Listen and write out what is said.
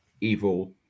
evil